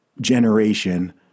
generation